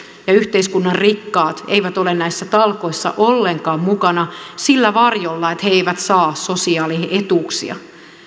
ja yhteiskunnan rikkaat eivät ole näissä talkoissa ollenkaan mukana sillä varjolla että he eivät saa sosiaalietuuksia